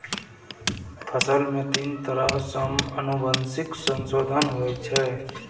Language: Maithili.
फसल मे तीन तरह सं आनुवंशिक संशोधन होइ छै